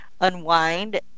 unwind